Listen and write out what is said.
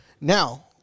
Now